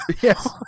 Yes